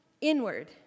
Inward